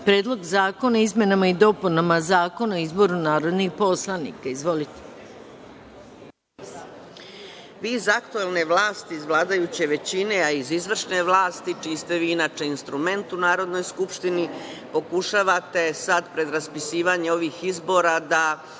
Predlog zakona o izmenama i dopunama Zakona o izboru narodnih poslanika. Izvolite.